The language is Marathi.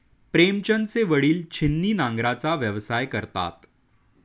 प्रेमचंदचे वडील छिन्नी नांगराचा व्यवसाय करतात